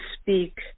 speak